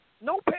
no